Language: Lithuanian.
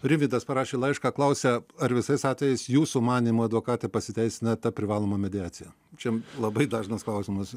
rimvydas parašė laišką klausia ar visais atvejais jūsų manymu advokatė pasiteisina ta privaloma mediacija čia labai dažnas klausimas